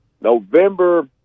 November